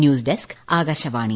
news desk Akashvani